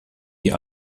die